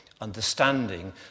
understanding